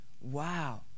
wow